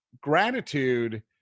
gratitude